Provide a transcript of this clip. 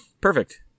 perfect